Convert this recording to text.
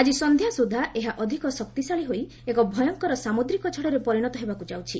ଆଜି ସନ୍ଧ୍ୟା ସୁଦ୍ଧା ଏହା ଅଧିକ ଶକ୍ତିଶାଳୀ ହୋଇ ଏକ ଭୟଙ୍କର ସାମୁଦ୍ରିକ ଝଡ଼ରେ ପରିଣତ ହେବାକୁ ଯାଉଛି